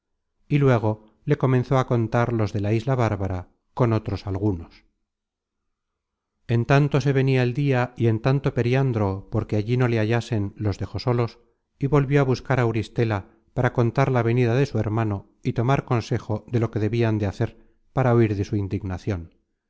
y luego le comenzó á contar los de la isla bárbara con otros algunos en tanto se venia el dia y en tanto periandro porque allí no le hallasen los dejó solos y volvió a buscar á auristela para contar la venida de su hermano y tomar consejo de lo que debian de hacer para huir de su indignacion